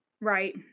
Right